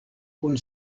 kun